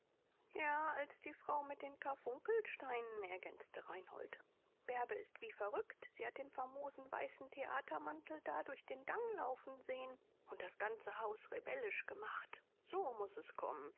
ja als die frau mit den karfunkelsteinen ergänzte reinhold bärbe ist wie verrückt sie hat den famosen weißen theatermantel da durch den gang laufen sehen und das ganze haus rebellisch gemacht so muß es kommen